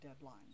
deadline